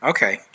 Okay